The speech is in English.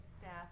staff